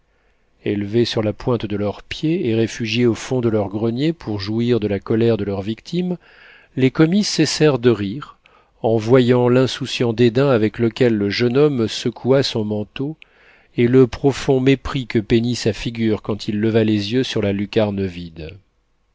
élevés sur la pointe de leurs pieds et réfugiés au fond de leur grenier pour jouir de la colère de leur victime les commis cessèrent de rire en voyant l'insouciant dédain avec lequel le jeune homme secoua son manteau et le profond mépris que peignit sa figure quand il leva les yeux sur la lucarne vide